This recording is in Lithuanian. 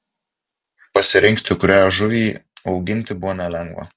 pasirinkti kurią žuvį auginti buvo nelengva